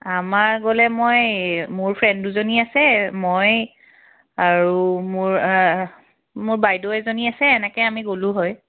আমাৰ গ'লে মই মোৰ ফ্ৰেণ্ড দুজনী আছে মই আৰু মোৰ মোৰ বাইদেউ এজনী আছে এনেকৈ আমি গ'লোঁ হয়